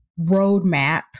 roadmap